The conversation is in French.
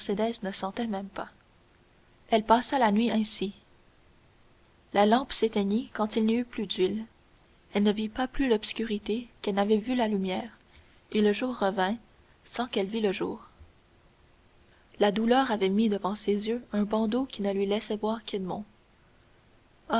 ne sentait même pas elle passa la nuit ainsi la lampe s'éteignit quand il n'y eut plus d'huile elle ne vit pas plus l'obscurité qu'elle n'avait vu la lumière et le jour revint sans qu'elle vît le jour la douleur avait mis devant ses yeux un bandeau qui ne lui laissait voir